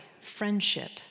friendship